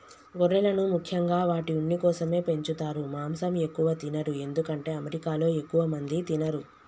గొర్రెలను ముఖ్యంగా వాటి ఉన్ని కోసమే పెంచుతారు మాంసం ఎక్కువ తినరు ఎందుకంటే అమెరికాలో ఎక్కువ మంది తినరు